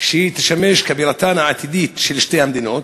שהיא תשמש בירתן העתידית של שתי המדינות.